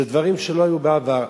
זה דברים שלא היו בעבר.